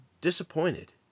disappointed